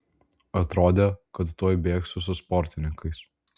atrodė kad tuoj bėgsiu su sportininkais